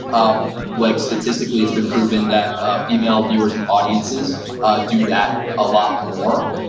like statistically it's been proven that female viewers and audiences do that a lot more,